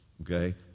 Okay